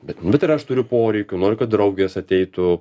bet nu tai ir aš turiu poreikių noriu kad draugės ateitų